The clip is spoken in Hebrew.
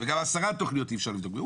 וגם 10 תכניות אי אפשר לבדוק ביום.